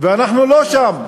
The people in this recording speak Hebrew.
ואנחנו לא שם.